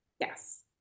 Yes